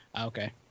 Okay